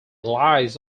lies